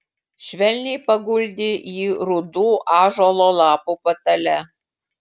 švelniai paguldė jį rudų ąžuolo lapų patale